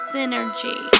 Synergy